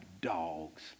dogs